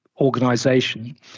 organization